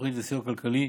התוכנית לסיוע הכלכלי,